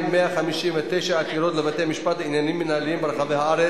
והגנת הסביבה חבר הכנסת אמנון כהן.